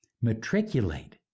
matriculate